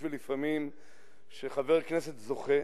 יש לפעמים שחבר כנסת זוכה